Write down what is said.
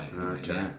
Okay